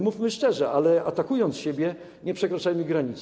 Mówmy szczerze, ale atakując siebie, nie przekraczajmy granicy.